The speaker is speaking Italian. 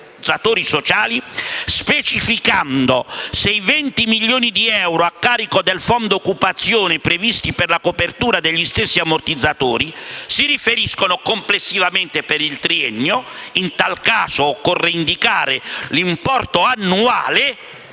ammortizzatori sociali, specificando se i 20 milioni di euro a carico del fondo occupazione, previsti per la copertura degli stessi ammortizzatori, si riferissero complessivamente al triennio e in tal caso occorreva indicare l'importo annuale,